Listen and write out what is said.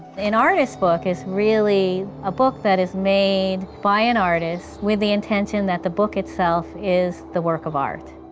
an artist book is really a book that is made by an artist with the intention that the book itself is the work of art.